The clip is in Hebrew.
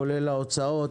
כולל ההוצאות.